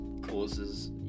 causes